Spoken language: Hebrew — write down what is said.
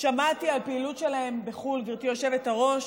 שמעתי על פעילות שלהם בחו"ל, גברתי היושבת-ראש,